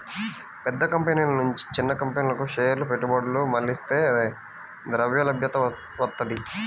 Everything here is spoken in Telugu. పెద్ద కంపెనీల నుంచి చిన్న కంపెనీలకు షేర్ల పెట్టుబడులు మళ్లిస్తే ద్రవ్యలభ్యత వత్తది